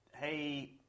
hey